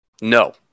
No